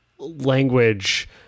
language